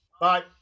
Bye